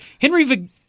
Henry